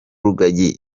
rugagi